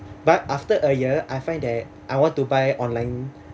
but after a year I find that I want to buy online